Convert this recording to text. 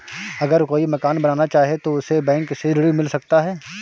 अगर कोई मकान बनाना चाहे तो उसे बैंक से ऋण मिल सकता है?